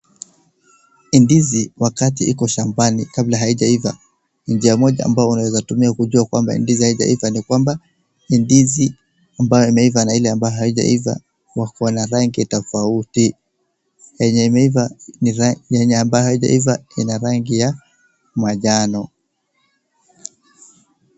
Ndizi wakati iko shambani kabla haijaiva, ni njia moja ambayo unaweza tumia kujua kwamba ndizi haijaiva kwamba ni ndizi ambayo imeiva na ile ambayo haijaiva wakona rangi tofauti. Yenye ambayo haijaiva ina rangi ya manjano.